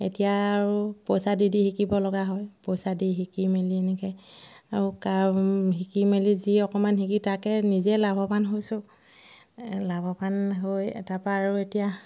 এতিয়া আৰু পইচা দি দি শিকিব লগা হয় পইচা দি শিকি মেলি এনেকৈ আৰু কাৰো শিকি মেলি যি অকণমান শিকি তাকে নিজে লাভৱান হৈছোঁ লাভৱান হৈ তাৰপৰা আৰু এতিয়া